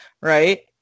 right